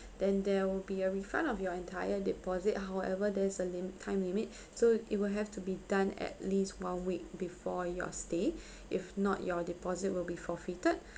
then there will be a refund of your entire deposit however there's a lim~ time limit so it will have to be done at least one week before your stay if not your deposit will be forfeited